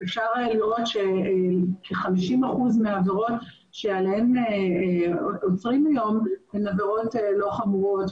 אפשר לראות שכ-50 אחוזים מהעבירות הן עבירות לא חמורות.